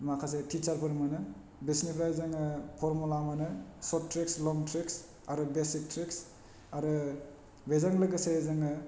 माखासे थिसारफोर मोनो बिसिनिफ्राय जोङो फरमुला मोनो सर्ट ट्रिक्स लं ट्रिक्स आरो बेसिक ट्रिक्स आरो बेजों लोगोसे जोङो